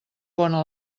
bona